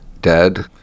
dead